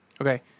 Okay